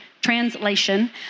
translation